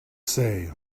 say